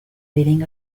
reading